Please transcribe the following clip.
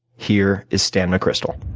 here is stan mcchrystal.